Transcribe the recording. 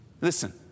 Listen